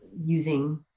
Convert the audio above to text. using